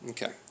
Okay